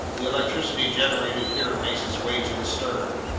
the electricity generated here makes its way to the stern,